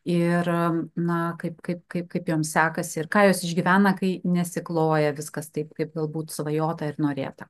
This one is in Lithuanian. ir na kaip kaip kaip kaip joms sekasi ir ką jos išgyvena kai nesikloja viskas taip kaip galbūt svajota ir norėta